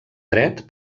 dret